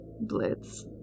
Blitz